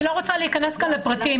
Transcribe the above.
אני לא רוצה להיכנס כאן לפרטים,